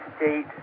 State